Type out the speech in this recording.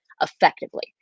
effectively